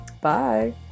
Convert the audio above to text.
bye